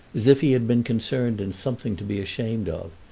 as if he had been concerned in something to be ashamed of,